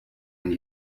and